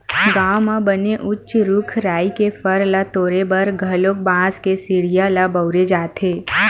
गाँव म बने उच्च रूख राई के फर ल तोरे बर घलोक बांस के सिड़िया ल बउरे जाथे